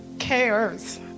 cares